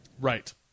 Right